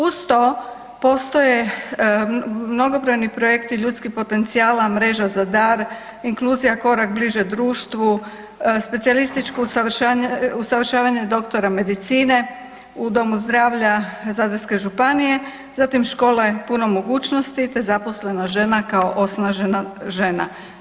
Uz to postoje mnogobrojni projekti ljudskih potencijala „Mreža ZaDar“,“Inkluzija korak bliže društvu“, specijalističko usavršavanje doktora medicine u domu zdravlja Zadarske županije, zatim Škola Puno Mogućnosti, te „Zaposlena žena kao osnažena žena“